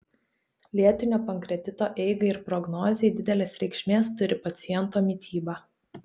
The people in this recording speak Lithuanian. lėtinio pankreatito eigai ir prognozei didelės reikšmės turi paciento mityba